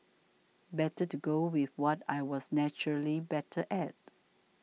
better to go with what I was naturally better at